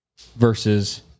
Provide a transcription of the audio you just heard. versus